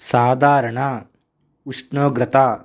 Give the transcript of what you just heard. సాధారణ ఉష్ణోగ్రత